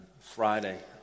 Friday